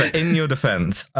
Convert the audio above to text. in your defence,